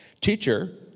Teacher